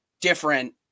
different